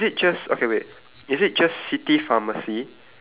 tablets ah there's no tablet on mine it's just city